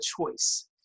choice